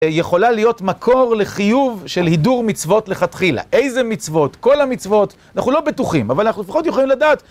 יכולה להיות מקור לחיוב של הידור מצוות לכתחילה. איזה מצוות? כל המצוות? אנחנו לא בטוחים, אבל אנחנו לפחות יכולים לדעת